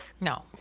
No